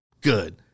Good